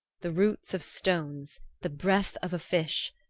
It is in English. the roots of stones, the breath of a fish,